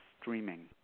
streaming